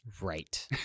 Right